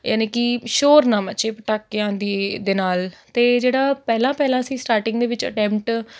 ਯਾਨੀ ਕਿ ਸ਼ੋਰ ਨਾ ਮੱਚੇ ਪਟਾਕਿਆਂ ਦੀ ਦੇ ਨਾਲ ਅਤੇ ਜਿਹੜਾ ਪਹਿਲਾ ਪਹਿਲਾ ਅਸੀ ਸਟਾਰਟਿੰਗ ਦੇ ਵਿੱਚ ਅਟੈਮਟ